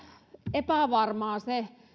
epävarmaa se